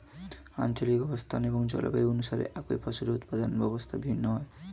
আঞ্চলিক অবস্থান এবং জলবায়ু অনুসারে একই ফসলের উৎপাদন ব্যবস্থা ভিন্ন হয়